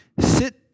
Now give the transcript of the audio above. Sit